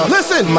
Listen